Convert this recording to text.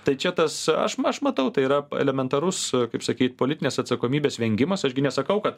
tai čia tas aš aš matau tai yra elementarus kaip sakyt politinės atsakomybės vengimas aš gi nesakau kad